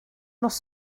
nos